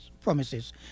promises